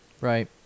Right